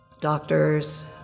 doctors